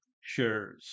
shares